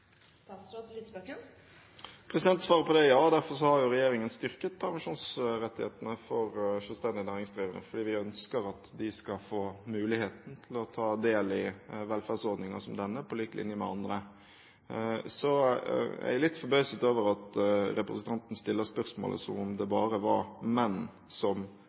Svaret på det er ja, og derfor har jo regjeringen styrket permisjonsrettighetene for selvstendig næringsdrivene. Vi ønsker at de skal få muligheten til å ta del i velferdsordninger som denne på lik linje med andre. Så er jeg litt forbauset over at representanten stiller spørsmål som om det bare var menn som